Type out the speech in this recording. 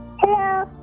Hello